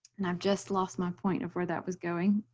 and i've just lost my point of where that was going.